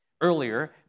Earlier